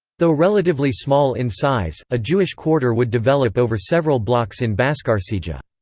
though relatively small in size, a jewish quarter would develop over several blocks in bascarsija.